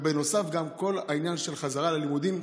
בנוסף, כל עניין החזרה ללימודים,